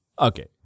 Okay